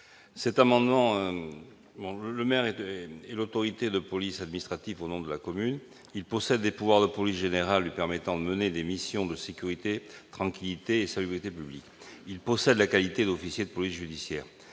cet amendement, le maire et de l'autorité de police administrative au nom de la commune, il possède des pouvoirs de police générale lui permettant de mener des missions de sécurité tranquillité salubrité publique, il possède la qualité d'officier de police judiciaire,